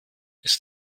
ist